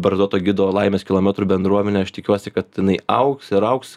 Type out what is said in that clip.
barzdoto gido laimės kilometrų bendruomene aš tikiuosi kad jinai augs ir augs